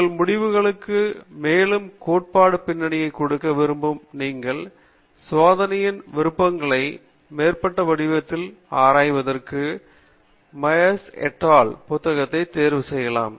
உங்கள் முடிவுகளுக்கு மேலும் கோட்பாட்டு பின்னணியை கொடுக்க விரும்பும் நீங்கள் சோதனையின் விருப்பங்களை மேம்பட்ட வடிவத்தில் ஆராய்வதற்கு மையர்ஸ் புத்தகத்தை தேர்வு செய்யலாம்